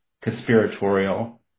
conspiratorial